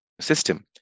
system